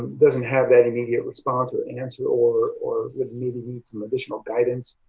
doesn't have that immediate response or an answer or or would maybe need some additional guidance,